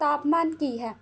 ਤਾਪਮਾਨ ਕੀ ਹੈ